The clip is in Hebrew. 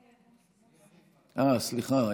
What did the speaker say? סליחה,